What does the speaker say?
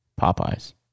Popeye's